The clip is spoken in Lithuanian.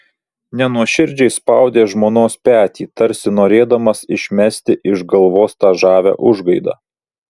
nenuoširdžiai spaudė žmonos petį tarsi norėdamas išmesti iš galvos tą žavią užgaidą